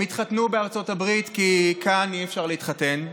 הם התחתנו בארצות הברית, כי כאן אי-אפשר להתחתן.